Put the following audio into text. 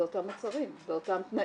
זה אותם מוצרים ואותם תנאים,